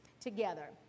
together